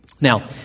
Now